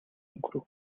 өнгөрөв